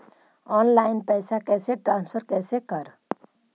Online पैसा कैसे transfer कैसे कर?